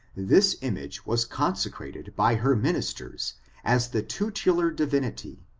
this image was consecrated by her ministers as the tutelar divinity,